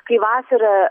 kai vasarą